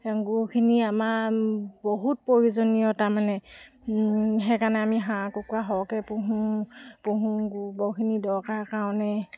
গুখিনি আমাৰ বহুত প্ৰয়োজনীয় তাৰমানে সেইকাৰণে আমি হাঁহ কুকুৰা সৰহকৈ পুহোঁ পুহোঁ গোবৰখিনি দৰকাৰ কাৰণে